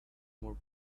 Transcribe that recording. more